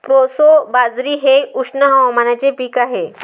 proso बाजरी हे उष्ण हवामानाचे पीक आहे